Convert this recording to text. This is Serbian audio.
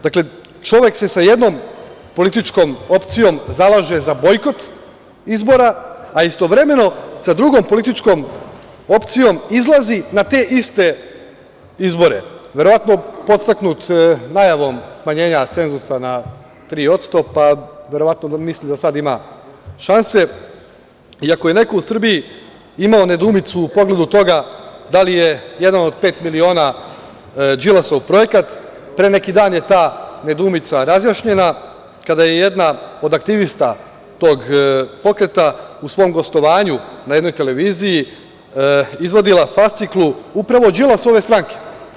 Dakle, čovek se sa jednom političkom opcijom zalaže za bojkot izbora, a istovremeno sa drugom političkom opcijom izlazi na te iste izbore, verovatno podstaknut najavom smanjenja cenzusa na 3%, pa verovatno da misli da sada ima šanse i ako je neko u Srbiji imao nedoumicu u pogledu toga da li je „Jedan od pet miliona“ Đilasov projekat pre neki dan je ta nedoumica razjašnjena kada je jedna od aktivista tog pokreta u svom gostovanju na jednoj televiziji izvodila fasciklu upravo Đilasove stranke.